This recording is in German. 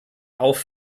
auf